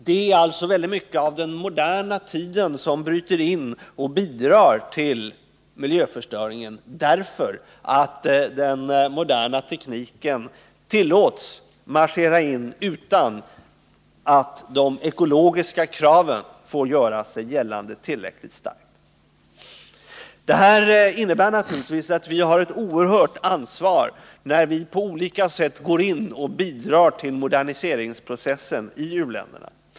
Det är alltså väldigt mycket av den moderna tiden som bryter in och bidrar till miljöförstöringen, därför att den moderna tekniken tillåts marschera in utan att de ekologiska kraven får göra sig gällande tillräckligt starkt. Detta innebär naturligtvis att vi har ett oerhört stort ansvar, när vi på olika sätt går in och bidrar till moderniseringsprocessen i u-länderna.